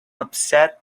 upset